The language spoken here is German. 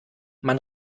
man